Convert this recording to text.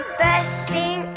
bursting